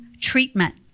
treatment